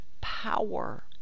power